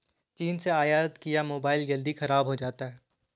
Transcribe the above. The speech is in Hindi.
चीन से आयत किया मोबाइल जल्दी खराब हो जाता है